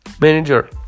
manager